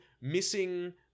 missing